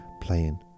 playing